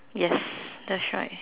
yes that's right